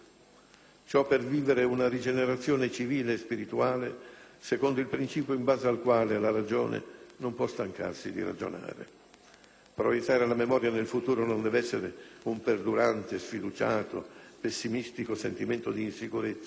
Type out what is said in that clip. Ciò per vivere una rigenerazione civile e spirituale, secondo il principio in base al quale la ragione non può stancarsi di ragionare. Proiettare la memoria nel futuro non dev'essere un perdurante, sfiduciato, pessimistico sentimento di insicurezza,